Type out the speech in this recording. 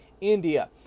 India